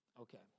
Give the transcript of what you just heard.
Okay